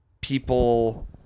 people